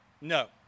no